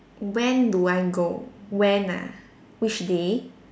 when do I go when ah which day